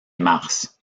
mars